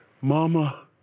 mama